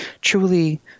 truly